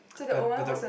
but but the